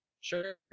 Sure